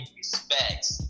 respects